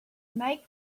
make